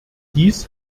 dies